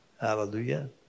Hallelujah